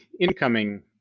incoming